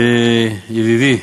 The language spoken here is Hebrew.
ידידי,